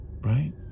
right